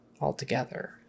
altogether